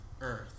Earth